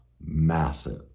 massive